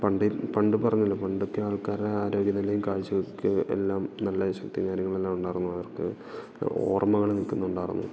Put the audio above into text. പണ്ട് പണ്ട് പറഞ്ഞല്ലോ പണ്ടൊക്കെ ആൾക്കാരുടെ ആരോഗ്യ നിലയും കാഴ്ച്ചയൊക്കെ എല്ലാം നല്ല ശക്തിയും കാര്യങ്ങളെല്ലാം ഉണ്ടായിരുന്നു അവർക്ക് ഓർമ്മകൾ നിൽക്കുന്നുണ്ടായിരുന്നു